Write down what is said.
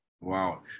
Wow